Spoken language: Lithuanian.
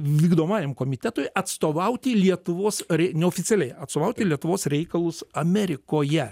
vykdomajam komitetui atstovauti lietuvos re neoficialiai atstovauti lietuvos reikalus amerikoje